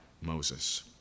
Moses